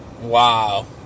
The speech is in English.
Wow